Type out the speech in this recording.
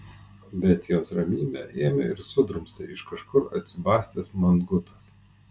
bet jos ramybę ėmė ir sudrumstė iš kažkur atsibastęs mangutas